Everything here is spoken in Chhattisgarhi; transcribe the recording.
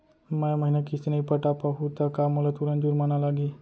मैं ए महीना किस्ती नई पटा पाहू त का मोला तुरंत जुर्माना लागही?